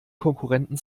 konkurrenten